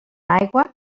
aigua